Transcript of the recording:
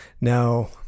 Now